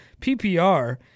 PPR